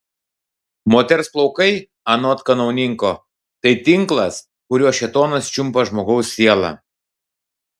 moters plaukai anot kanauninko tai tinklas kuriuo šėtonas čiumpa žmogaus sielą